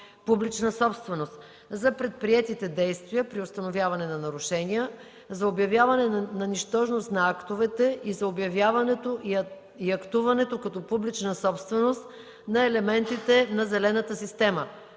публична собственост, за предприетите действия – при установяване на нарушения – за обявяване на нищожност на актовете и за обявяването и актуването като публична собственост на елементите на зелената система